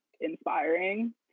inspiring